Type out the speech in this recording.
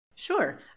Sure